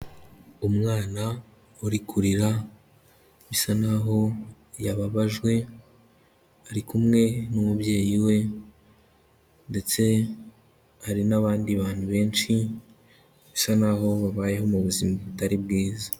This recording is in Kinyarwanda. Umwana uri kurira, bisa n'aho yababajwe, ari kumwe n'umubyeyi we ndetse hari n'abandi bantu benshi, bisa n'aho babayeho mu buzima butari bwiza.